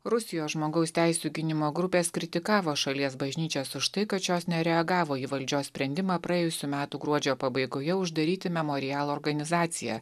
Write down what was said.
rusijos žmogaus teisių gynimo grupės kritikavo šalies bažnyčias už tai kad šios nereagavo į valdžios sprendimą praėjusių metų gruodžio pabaigoje uždaryti memorialo organizaciją